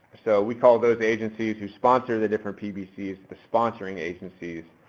so we call those agencies who sponsor the different pbc's the sponsoring agencies.